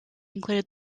included